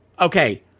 okay